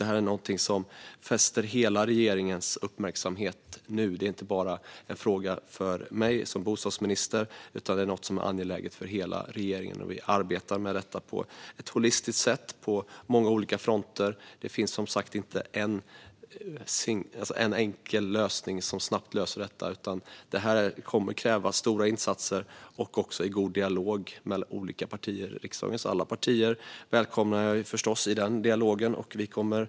Detta är någonting som hela regeringen fäster sin uppmärksamhet på nu. Det är inte bara en fråga för mig som bostadsminister, utan det är något som är angeläget för hela regeringen. Vi arbetar med detta på ett holistiskt sätt och på många olika fronter. Det finns, som sagt, inte en enkel lösning som snabbt löser detta, utan det här kommer att kräva stora insatser och god dialog mellan olika partier. Jag välkomnar förstås alla riksdagens partier till denna dialog.